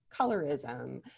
colorism